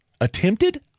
attempted